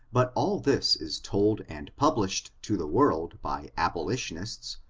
but all this is told and published to the world by abolitionists,